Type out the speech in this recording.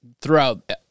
Throughout